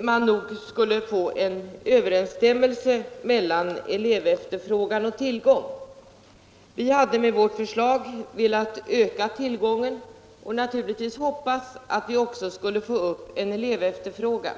man nog skulle få en överensstämmelse mellan elevefterfrågan och tillgång. Vi hade med vårt förslag velat öka tillgången och naturligtvis också hoppats på en ökad efterfrågan från elevernas sida.